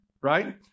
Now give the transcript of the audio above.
right